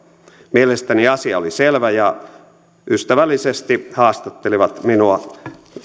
mielestäni asia oli selvä ja ystävällisesti haastattelivat minua